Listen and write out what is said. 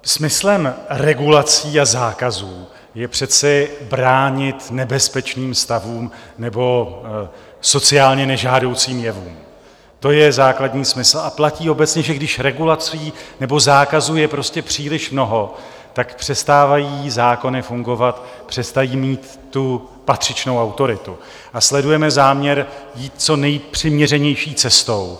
Smyslem regulací a zákazů je přece bránit nebezpečným stavům anebo sociálně nežádoucím jevům, to je základní smysl a platí obecně, že když regulací nebo zákazů je prostě příliš mnoho, přestávají zákony fungovat, přestávají mít patřičnou autoritu, a sledujeme záměr jít co nejpřiměřenější cestou.